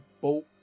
boat